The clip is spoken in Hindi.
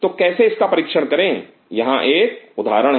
तो कैसे इसका परीक्षण करें यहां एक उदाहरण है